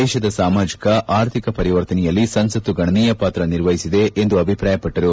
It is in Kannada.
ದೇಶದ ಸಾಮಾಜಿಕ ಅರ್ಥಿಕ ಪರಿವರ್ತನೆಯಲ್ಲಿ ಸಂಸತ್ತು ಗಣನೀಯ ಪಾತ್ರ ನಿರ್ವಹಿಸಿದೆ ಎಂದು ಅಭಿಪ್ರಾಯಪಟ್ಟರು